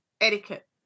Etiquette